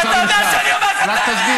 כי אתה יודע שאני אומר לך את האמת.